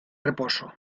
reposo